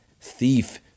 Thief